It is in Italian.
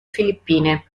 filippine